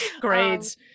Grades